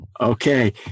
Okay